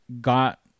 got